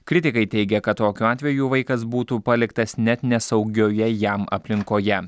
kritikai teigia kad tokiu atveju vaikas būtų paliktas net nesaugioje jam aplinkoje